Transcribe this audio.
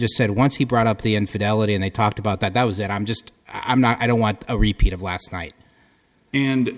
just said once he brought up the infidelity and i talked about that was that i'm just i'm not i don't want a repeat of last night and